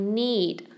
need